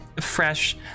fresh